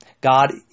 God